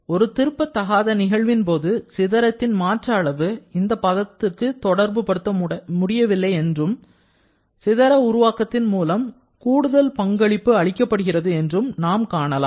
ஒரு திருப்ப தகாத நிகழ்வின் போது சிதறத்தின் மாற்ற அளவு இந்த பதத்துக்கு தொடர்பு படுத்த முடியவில்லை என்றும் சிதற உருவாக்கத்தின் மூலம் கூடுதல் பங்களிப்பு அளிக்கப்படுகிறது என்றும் நாம் காணலாம்